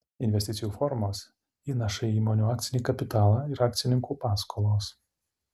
investicijų formos įnašai į įmonių akcinį kapitalą ir akcininkų paskolos